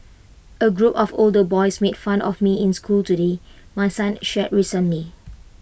A group of older boys made fun of me in school today my son shared recently